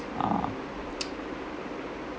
uh